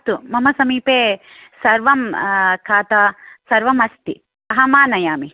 अस्तु मम समीपे सर्वं खाता सर्वम् अस्ति अहं आनयामि